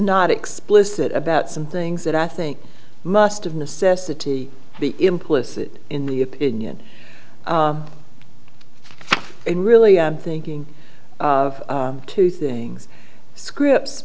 not explicit about some things that i think must of necessity be implicit in the opinion and really i'm thinking of two things script